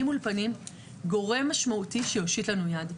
מול פנים גורם משמעותי שיושיט לנו יד.